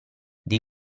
dei